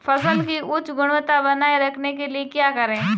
फसल की उच्च गुणवत्ता बनाए रखने के लिए क्या करें?